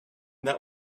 that